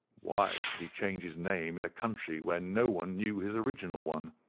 why should he change his name in a country where no one knew his original one?